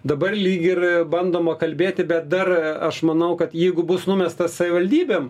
dabar lyg ir bandoma kalbėti bet dar aš manau kad jeigu bus numesta savivaldybėm